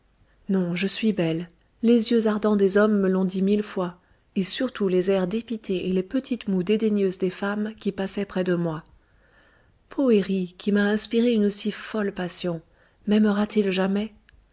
non je suis belle les yeux ardents des hommes me l'ont dit mille fois et surtout les airs dépités et les petites moues dédaigneuses des femmes qui passaient près de moi poëri qui m'a inspiré une si folle passion maimera t il jamais